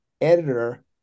editor